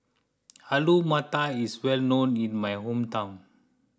Alu Matar is well known in my hometown